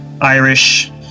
Irish